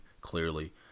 clearly